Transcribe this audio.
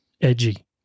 edgy